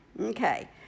Okay